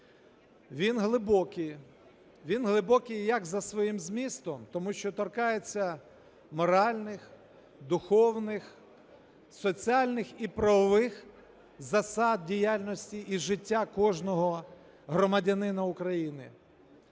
Він глибокий. Він глибокий як за своїм змістом, тому що торкається моральних, духовних, соціальних і правових засад діяльності і життя кожного громадянина України.